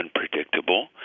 unpredictable